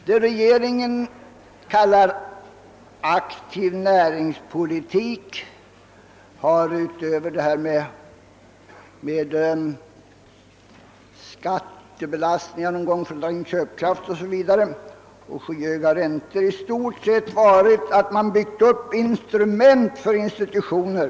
Det regeringen kallar aktiv näringspolitik har utöver skatter och skyhöga räntor i stort sett inneburit att man byggt upp instrument för olika institutioner.